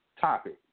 topic